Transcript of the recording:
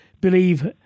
believe